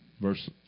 verse